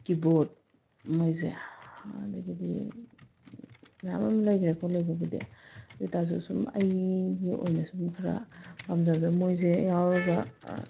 keyboard ꯃꯣꯏꯁꯦ ꯑꯗꯒꯤꯗꯤ ꯃꯌꯥꯝ ꯑꯃ ꯂꯩꯈ꯭ꯔꯦꯀꯣ ꯂꯩꯕꯕꯨꯗꯤ ꯑꯗꯣꯏꯇꯔꯁꯨ ꯁꯨꯝ ꯑꯩꯒꯤ ꯑꯣꯏꯅ ꯁꯨꯝ ꯈꯔ ꯄꯥꯝꯖꯕꯗ ꯃꯣꯏꯁꯦ ꯌꯥꯎꯔꯒ